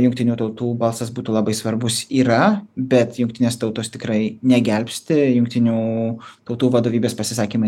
jungtinių tautų balsas būtų labai svarbus yra bet jungtinės tautos tikrai negelbsti jungtinių tautų vadovybės pasisakymai